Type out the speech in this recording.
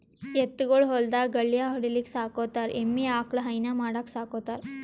ಎತ್ತ್ ಗೊಳ್ ಹೊಲ್ದಾಗ್ ಗಳ್ಯಾ ಹೊಡಿಲಿಕ್ಕ್ ಸಾಕೋತಾರ್ ಎಮ್ಮಿ ಆಕಳ್ ಹೈನಾ ಮಾಡಕ್ಕ್ ಸಾಕೋತಾರ್